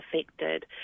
affected